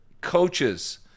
coaches